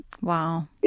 Wow